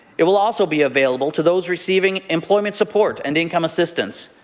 it will also be available to those receiving employment support and income assistance.